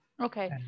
Okay